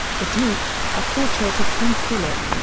the duke a portrait of prince philip.